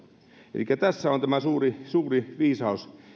elikkä tässä on tämä suuri suuri viisaus